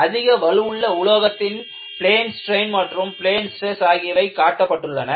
அதிக வலுவுள்ள உலோகத்தின் பிளேன் ஸ்ட்ரெய்ன் மற்றும் பிளேன் ஸ்ட்ரெஸ் ஆகியவை காட்டப்பட்டுள்ளன